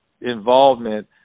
involvement